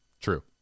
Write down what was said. True